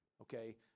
Okay